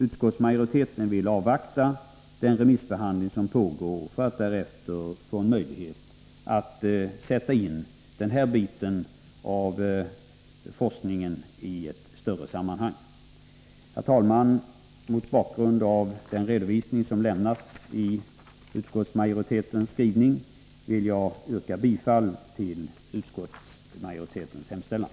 Utskottsmajoriten vill avvakta den beredning som pågår inom regeringskansliet, för att därefter få möjlighet att sätta in denna del av forskningen i ett större sammanhang. Herr talman! Mot bakgrund av den redovisning som lämnas i utskottsmajoritetens skrivning vill jag yrka bifall till utskottsmajoritetens hemställan.